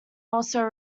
also